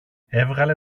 έβγαλε